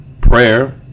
Prayer